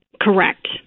Correct